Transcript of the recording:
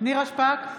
נירה שפק,